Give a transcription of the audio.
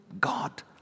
God